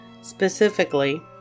specifically